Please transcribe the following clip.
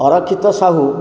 Arakshit Sahu